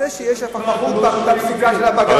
אז יש הפכפכות בפסיקה של בג"ץ,